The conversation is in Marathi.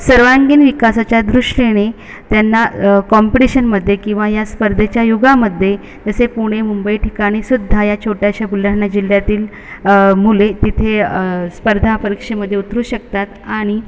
सर्वांगीण विकासाच्या दृष्टीने त्यांना काँपिटिशनमध्ये किंवा या स्पर्धेच्या युगामध्ये जसे पुणे मुंबई ठिकाणी सुद्धा या छोट्याशा बुलढाणा जिल्ह्यातील मुले तिथे स्पर्धा परीक्षेमध्ये उतरू शकतात आणि